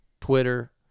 Twitter